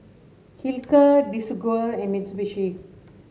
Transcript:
Hilker Desigual and Mitsubishi